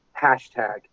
Hashtag